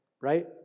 Right